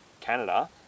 Canada